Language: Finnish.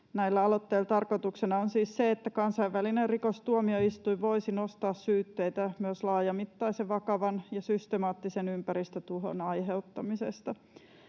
Näiden aloitteiden tarkoituksena on siis se, että kansainvälinen rikostuomioistuin voisi nostaa syytteitä myös laajamittaisen, vakavan ja systemaattisen ympäristötuhon aiheuttamisesta.